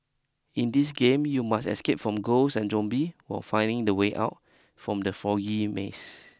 in this game you must escape from ghosts and zombie while finding the way out from the foggy maze